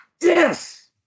yes